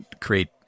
create